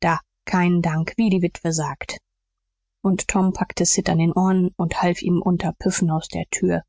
da keinen dank wie die witwe sagt und tom packte sid an den ohren und half ihm unter püffen aus der tür